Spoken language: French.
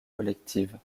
collectives